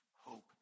hope